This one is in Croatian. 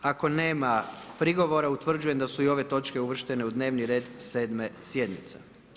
Ako nema prigovora, utvrđujem da su i ove točke uvrštene u dnevni red 7. sjednice.